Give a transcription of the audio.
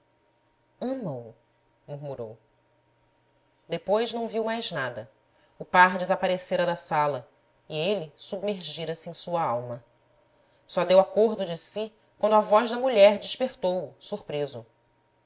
ama o murmurou depois não viu mais nada o par desaparecera da sala e ele submergira se em sua alma só deu acordo de si quando a voz da mulher despertou o surpreso